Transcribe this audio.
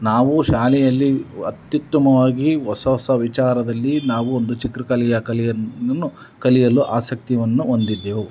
ನಾವು ಶಾಲೆಯಲ್ಲಿ ಅತ್ಯುತ್ತಮವಾಗಿ ಹೊಸ ಹೊಸ ವಿಚಾರದಲ್ಲಿ ನಾವು ಒಂದು ಚಿತ್ರಕಲೆಯ ಕಲೆಯನ್ನು ಕಲಿಯಲು ಆಸಕ್ತಿಯನ್ನು ಹೊಂದಿದ್ದೆವು